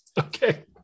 Okay